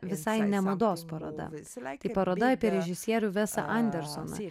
visai ne mados paroda tai paroda apie režisierių vesą andersą